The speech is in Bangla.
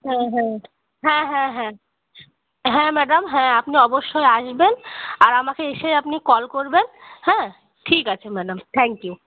হ্যাঁ হ্যাঁ হ্যাঁ হ্যাঁ হ্যাঁ হ্যাঁ ম্যাডাম হ্যাঁ আপনি অবশ্যই আসবেন আর আমাকে এসে আপনি কল করবেন হ্যাঁ ঠিক আছে ম্যাডাম থ্যাংক ইউ